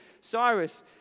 Cyrus